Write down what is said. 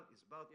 אבל הסברתי,